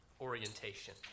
orientation